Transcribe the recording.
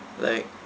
like